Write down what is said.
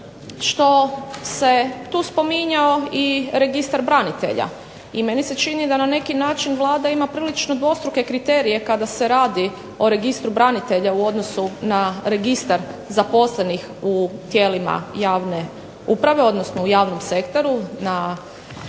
što se tu spominjao i registar branitelja, i meni se čini da na neki način Vlada ima prilično dvostruke kriterije kada se radi o registru branitelja u odnosu na registar zaposlenih u tijelima javne uprave, odnosno u javnom sektoru na